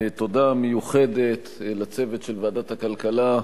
תודה מיוחדת לצוות של ועדת הכלכלה,